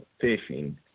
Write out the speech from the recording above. fishing